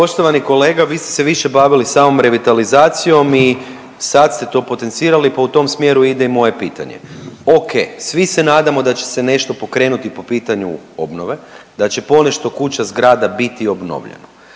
Poštovani kolega, vi ste se više bavili samom revitalizacijom i sad ste to potencirali, pa u tom smjeru ide i moje pitanje. Okej, svi se nadamo da će se nešto pokrenuti po pitanju obnove, da će ponešto kuća i zgrada biti obnovljeno,